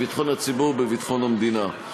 בביטחון הציבור או בביטחון המדינה.